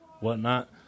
whatnot